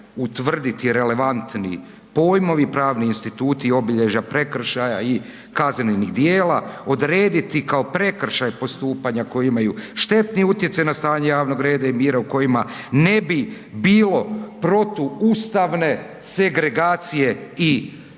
utvrditi relevantni pojmovi, pravni instituti, obilježja prekršaja i kaznenih djela, odrediti kao prekršaj postupanja koja imaju štetni utjecaj na stanje javnog reda i mira u kojima ne bi bilo protuustavne segregacije i